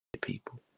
people